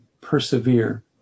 persevere